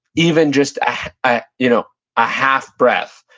even just a you know ah half breath,